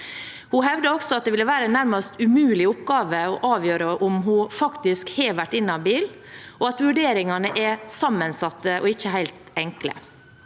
Hun hevdet også at det ville være en nærmest umulig oppgave å avgjøre om hun faktisk har vært inhabil, og at vurderingene er sammensatte og ikke helt enkle.